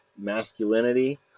masculinity